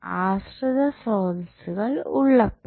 ആശ്രിത ശ്രോതസ്സുകൾ ഉള്ളപ്പോൾ